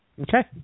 Okay